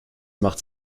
macht